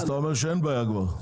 אז אתה אומר שאין בעיה כבר.